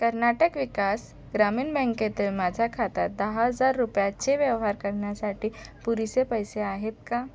कर्नाटक विकास ग्रामीण बँकेतील माझ्या खात्यात दहा हजार रुपयाचे व्यवहार करण्यासाठी पुरेसे पैसे आहेत का